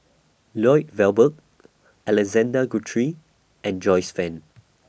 Lloyd Valberg Alexander Guthrie and Joyce fan